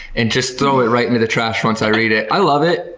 and just throw it right into the trash once i read it. i love it,